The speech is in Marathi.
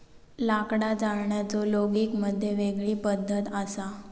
लाकडा जाळण्याचो लोगिग मध्ये वेगळी पद्धत असा